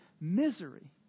misery